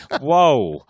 Whoa